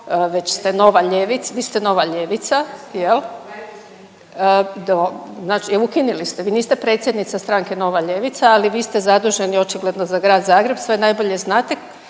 jel. …/Upadica se ne razumije./… Do, znači ukinuli ste, vi niste predsjednica stranke Nova ljevica ali vi ste zaduženi očigledno za Grad Zagreb, sve najbolje znate.